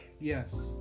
Yes